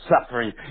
suffering